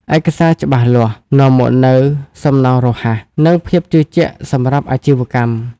ឯកសារច្បាស់លាស់ នាំមកនូវសំណងរហ័ស និងភាពជឿជាក់សម្រាប់អាជីវកម្ម"។